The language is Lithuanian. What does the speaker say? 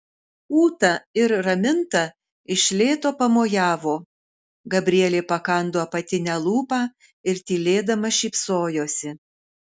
ūta ir raminta iš lėto pamojavo gabrielė pakando apatinę lūpą ir tylėdama šypsojosi